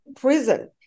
prison